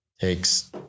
Takes